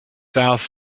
south